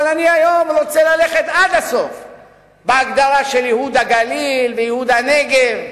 אבל היום אני רוצה ללכת עד הסוף בהגדרה של ייהוד הגליל וייהוד הנגב,